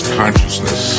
consciousness